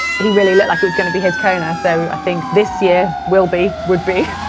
he really looked like it was going to be his kona. so i think this year will be, would be,